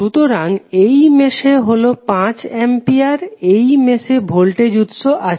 সুতরাং এই মেশে হলো 5 অ্যাম্পিয়ার এই মেশে ভোল্টেজ উৎস আছে